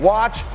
Watch